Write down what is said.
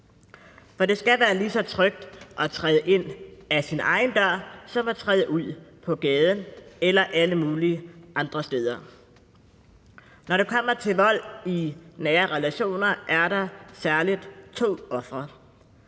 For det skal være lige så trygt at træde ind ad sin egen dør som at træde ud på gaden eller alle mulige andre steder. Når det kommer til vold i nære relationer, er der særlig to ofre.